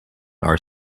are